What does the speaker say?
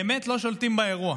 באמת לא שולטים באירוע,